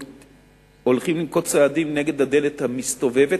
הולכים לנקוט צעדים נגד הדלת המסתובבת,